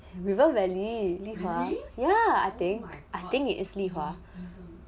river valley 李华 ya I think I think it is 李华